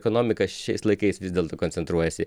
ekonomika šiais laikais vis dėlto koncentruojasi